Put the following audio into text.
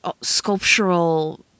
sculptural